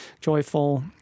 joyful